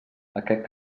aquest